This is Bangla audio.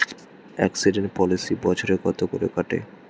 এক্সিডেন্ট পলিসি বছরে কত করে কাটে?